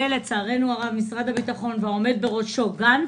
לצערנו הרב משרד הביטחון והעומד בראשו, גנץ,